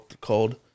called